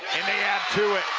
can they add to it?